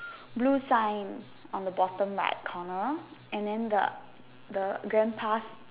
blue sign on the bottom right corner and then the the grandpa's